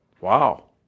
Wow